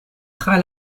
tra